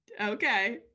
Okay